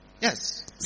Yes